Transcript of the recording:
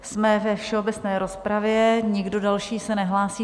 Jsme ve všeobecné rozpravě, nikdo další se nehlásí.